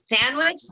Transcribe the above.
sandwich